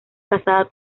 casada